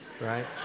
right